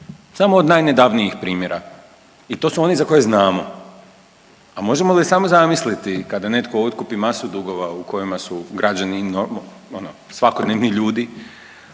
samo od najnedavnijih primjera. I to su oni za koje znamo. A možemo li samo zamisliti kada netko otkupi masu dugova u kojima su građani ono, svakodnevni ljudi,